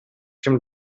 ким